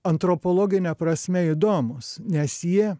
antropologine prasme įdomūs nes jie